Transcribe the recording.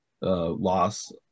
loss